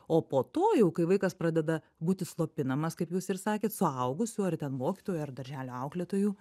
o po to jau kai vaikas pradeda būti slopinamas kaip jūs ir sakėt suaugusių ar ten mokytojų ar darželio auklėtojų